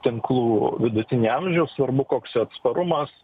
tinklų vidutinį amžių svarbu koks jo atsparumas